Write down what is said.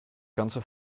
ganze